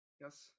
Yes